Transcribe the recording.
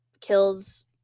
kills